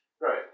Right